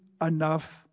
enough